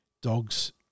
Dogs